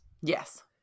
Yes